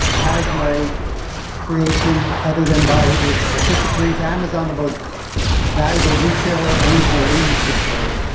has no creation, other than by its participants. amazon, the most valuable retailer, owns no inventory.